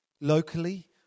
Locally